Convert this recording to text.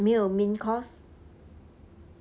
没有 main course